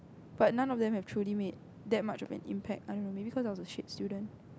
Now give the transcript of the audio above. but none of them have truly made that much of an impact I don't know maybe cause I was a shit student